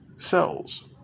Cells